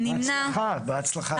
הצבעה הנושא אושר.